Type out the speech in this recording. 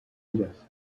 ellas